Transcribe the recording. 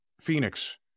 Phoenix